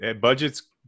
budgets